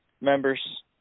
members